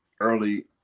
early